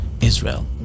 Israel